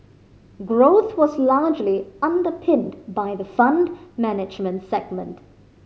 growth was largely underpinned by the Fund Management segment